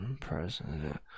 President